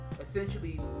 essentially